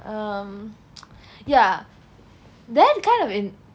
um yeah then kind of in